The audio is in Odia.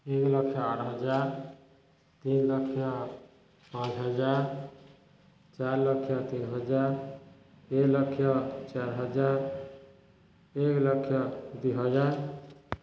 ଏକ ଲକ୍ଷ ଆଠ ହଜାର ତିନ ଲକ୍ଷ ପାଞ୍ଚ ହଜାର ଚାରି ଲକ୍ଷ ତିନି ହଜାର ଏକ ଲକ୍ଷ ଚାରି ହଜାର ଏକ ଲକ୍ଷ ଦୁଇ ହଜାର